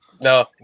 No